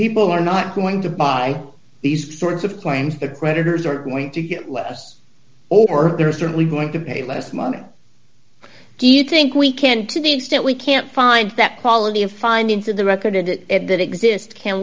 people are not going to buy these sorts of plans the creditors are going to get less or they're certainly going to pay less money do you think we can to the extent we can't find that quality of finding to the record it at that exist can